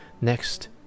next